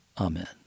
amen